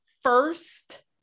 first